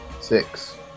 Six